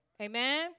Amen